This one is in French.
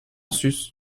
sus